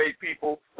people